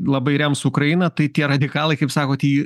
labai rems ukrainą tai tie radikalai kaip sakot jį